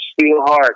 Steelheart